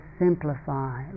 simplify